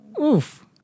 Oof